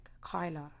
Kyla